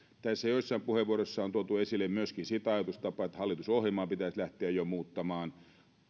joissain puheenvuoroissa on tuotu esille myöskin sitä ajatustapaa että hallitusohjelmaa pitäisi lähteä jo muuttamaan alettu